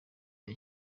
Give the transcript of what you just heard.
bya